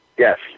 Yes